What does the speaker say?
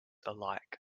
alike